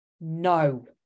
No